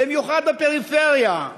במיוחד בפריפריה,